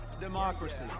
democracy